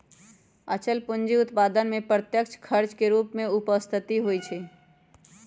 अचल पूंजी उत्पादन में अप्रत्यक्ष खर्च के रूप में उपस्थित होइत हइ